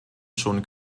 schon